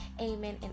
amen